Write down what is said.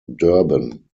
durban